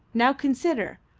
now consider.